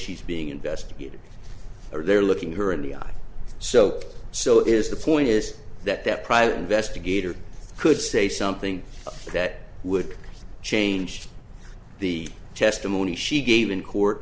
she's being investigated or they're looking at her and we are so so is the point is that that private investigator could say something that would change the testimony she gave in court